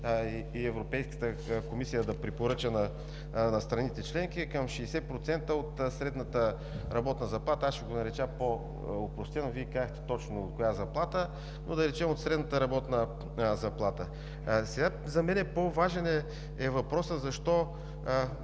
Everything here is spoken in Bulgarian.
и Европейската комисия да препоръча на страните членки – към 60% от средната работна заплата. Аз ще го нарека по-опростено, Вие казахте точно коя заплата, но, да речем, от средната работна заплата. За мен по-важен е въпросът защо